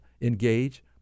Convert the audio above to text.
engage